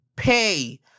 pay